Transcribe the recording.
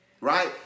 right